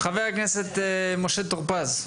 חבר הכנסת משה טור פז.